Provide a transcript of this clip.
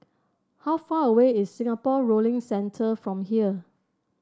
how far away is Singapore Rowing Centre from here